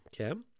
okay